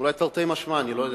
אולי תרתי משמע, אני לא יודע.